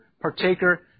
partaker